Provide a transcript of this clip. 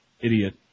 Idiot